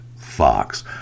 Fox